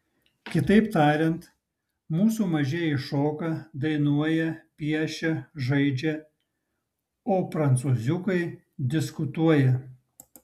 kitaip tariant mūsų mažieji šoka dainuoja piešia žaidžia o prancūziukai diskutuoja